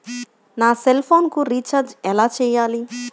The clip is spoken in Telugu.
నా సెల్ఫోన్కు రీచార్జ్ ఎలా చేయాలి?